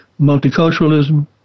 multiculturalism